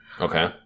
Okay